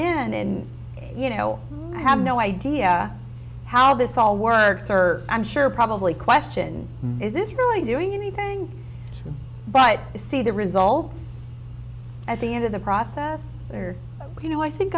in and you know i have no idea how this all works her i'm sure probably question is this really doing anything but see the results at the end of the process or you know i think